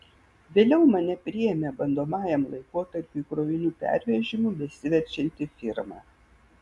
vėliau mane priėmė bandomajam laikotarpiui krovinių pervežimu besiverčianti firma